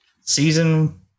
season